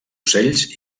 ocells